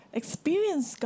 experience